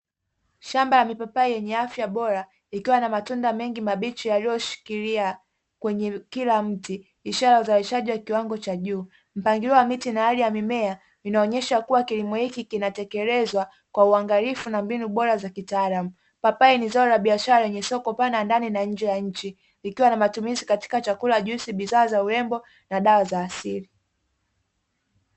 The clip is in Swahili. Shamba la mipapai yenye afya bora likiwa na matunda mengi mabichi yaliyoshikiria kila mti ishara ya uzalishaji wa kiwango cha juu, mpangilio wa miti na hali ya mimea inaashiria kilimo hiki kinatekelezwa kwa uangalifu na mbinu bora za kitaalamu, papai ni zao la biashara lenye soko pana ndani na nje ya nchi likiwa na matumizi katika chakula, juisi, bidhaa za urembo na dawa za asili.